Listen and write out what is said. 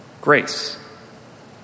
Grace